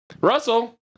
Russell